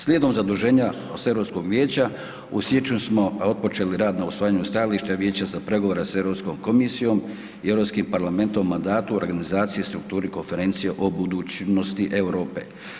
Slijedom zaduženja s Europskog vijeća u siječnju smo otpočeli rad na usvajanju stajališta Vijeća za pregovore s Europskom komisijom i Europskim parlamentom o mandatu organizacije i strukturi konferencije o budućnosti Europe.